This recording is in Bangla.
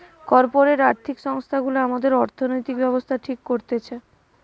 কর্পোরেট আর্থিক সংস্থা গুলা আমাদের অর্থনৈতিক ব্যাবস্থা ঠিক করতেছে